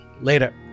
Later